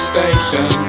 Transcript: station